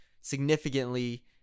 significantly